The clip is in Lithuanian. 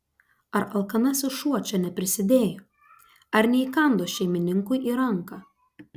ar alkanasis šuo čia neprisidėjo ar neįkando šeimininkui į ranką